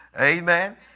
Amen